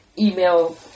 email